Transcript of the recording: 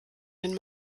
den